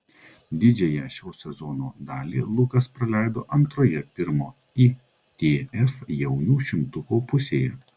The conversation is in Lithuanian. didžiąją šio sezono dalį lukas praleido antroje pirmo itf jaunių šimtuko pusėje